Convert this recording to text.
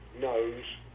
knows